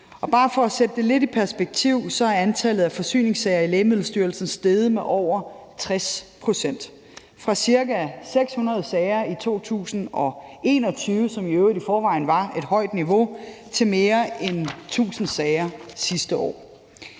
for at sætte det lidt i perspektiv er antallet af forsyningssager i Lægemiddelstyrelsen steget med over 60 pct. – fra ca. 600 sager i 2021, som i øvrigt i forvejen var et højt niveau, til mere end 1.000 sager sidste år.